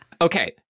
Okay